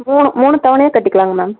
மூணு மூணு தவணையாக கட்டிக்கலாம்ங்க மேம்